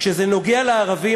כשזה נוגע לערבים,